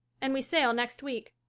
and we sail next week.